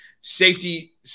safety